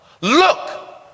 Look